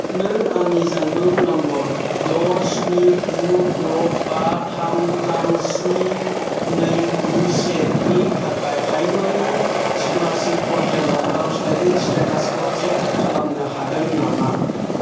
नों आंनि जानबुं नम्बर द' स्नि गु द' बा थाम थाम स्नि नै गु सेनि थाखाय हायुंआरि स्क'लारशिप पर्टेलाव आर'जलाइनि स्टेटासखौ ट्रेक खालामनो हागोन नामा